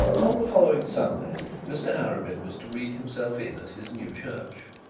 on the following sunday mr arabin was to read himself in at his new church.